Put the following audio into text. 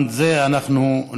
גם על זה אנחנו נעבוד.